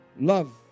Love